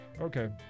Okay